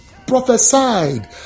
Prophesied